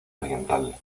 oriental